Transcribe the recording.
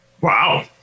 Wow